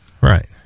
Right